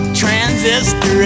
transistor